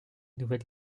nouvelle